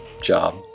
job